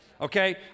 Okay